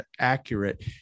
accurate